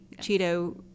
cheeto